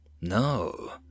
No